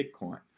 Bitcoin